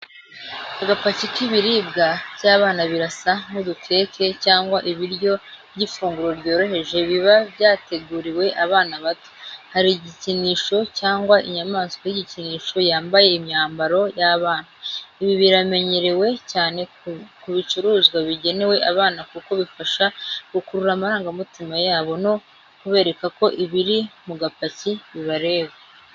Agapaki k’ibiribwa by’abana birasa nk’udukeke cyangwa ibiryo by’ifunguro ryoroheje biba byateguriwe abana bato. Hari igikinisho cyangwa inyamaswa y’igikinisho yambaye imyambaro y’abana. Ibi biramenyerewe cyane ku bicuruzwa bigenewe abana kuko bifasha gukurura amarangamutima yabo no kubereka ko ibiri mu gapaki bibareba.